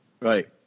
Right